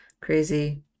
Crazy